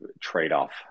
trade-off